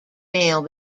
mail